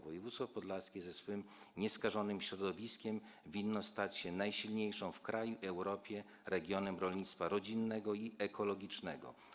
Województwo podlaskie ze swym nieskażonym środowiskiem winno stać się najsilniejszym w kraju i Europie regionem rolnictwa rodzinnego i ekologicznego.